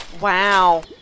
Wow